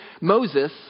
Moses